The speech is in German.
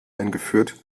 eingeführt